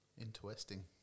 Interesting